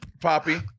Poppy